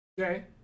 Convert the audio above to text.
Okay